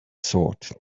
sort